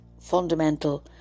fundamental